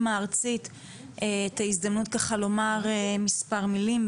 הארצית את ההזדמנות לומר כמה מילים.